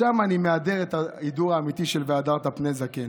שם אני מהדר את ההידור האמיתי של "והדרת פני זקן".